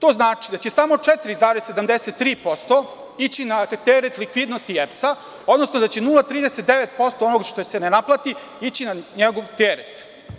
To znači da će samo 4,73% ići na teret likvidnosti EPS-a, odnosno da će 0,39% onoga što se ne naplati ići na njegov teret.